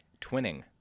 Twinning